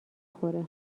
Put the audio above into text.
خوره